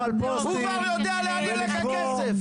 הוא כבר יודע לאן ילך הכסף.